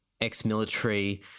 ex-military